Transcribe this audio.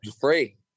free